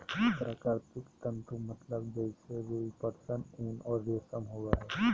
प्राकृतिक तंतु मतलब जैसे रुई, पटसन, ऊन और रेशम होबो हइ